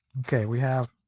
okay, we have